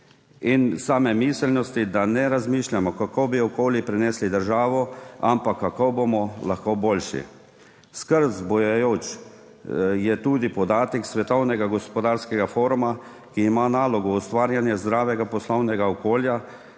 in same miselnosti, da ne razmišljamo, kako bi okoli prinesli državo, ampak kako bomo lahko boljši. Skrb vzbujajoč je tudi podatek Svetovnega gospodarskega foruma, ki ima nalogo ustvarjanje zdravega poslovnega okolja,